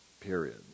Period